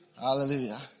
Hallelujah